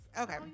Okay